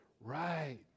Right